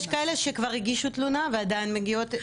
יש כאלה שכבר הגישו תלונה ועדיין מגיעות.